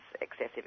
excessive